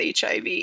HIV